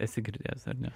esi girdėjęs ar ne